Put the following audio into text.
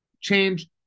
change